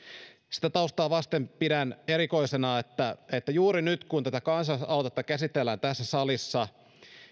sitä taustaa vasten pidän erikoisena että että juuri nyt kun tätä kansalaisaloitetta käsitellään tässä salissa